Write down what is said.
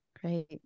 great